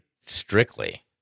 strictly